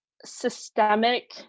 systemic